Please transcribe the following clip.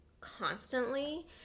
constantly